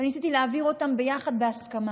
וניסיתי להעביר אותה יחד בהסכמה,